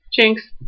Jinx